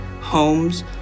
homes